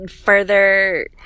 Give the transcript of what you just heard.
further